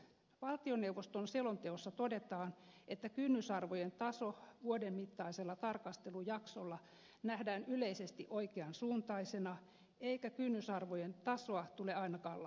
valtioneuvoston selonteossa todetaan että kynnysarvojen taso vuoden mittaisella tarkastelujaksolla nähdään yleisesti oikean suuntaisena eikä kynnysarvojen tasoa tule ainakaan laskea